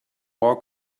well